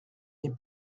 n’est